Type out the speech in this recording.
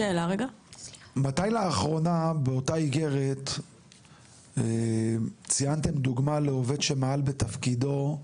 מתי לאחרונה באותה איגרת ציינתם דוגמה לעובד שמעל בתפקידו,